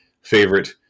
favorite